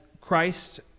Christ